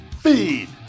Feed